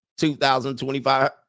$2,025